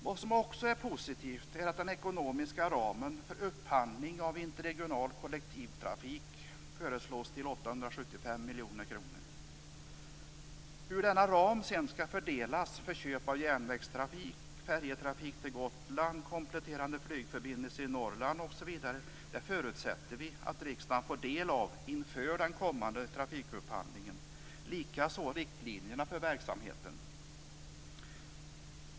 Vad som också är positivt är att den ekonomiska ramen för upphandling av interregional kollektivtrafik föreslås öka till 875 miljoner kronor. Hur denna ram sedan skall fördelas vid köp av järnvägstrafik, färjetrafik till Gotland, kompletterande flygförbindelser i Norrland osv. förutsätter vi att riksdagen får del av inför den kommande trafikupphandlingen, likaså riktlinjerna för verksamheten.